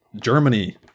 Germany